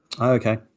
Okay